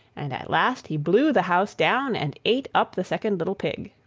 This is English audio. and at last he blew the house down, and ate up the second little pig.